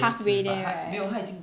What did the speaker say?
halfway there right